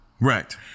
Right